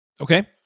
Okay